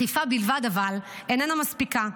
אבל אכיפה בלבד איננה מספיקה.